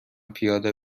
پیاده